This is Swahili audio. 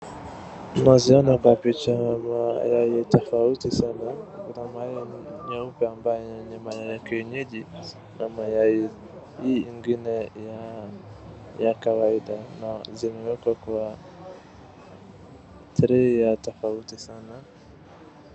Tunaziona kwa picha mayai tofauti sana. Kuna mayai nyeupe ambayo ni mayai ya kienyeji na mayai hii ingine ya kawaida na zimewekwa kwa trey ya tofauti sana.